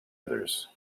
others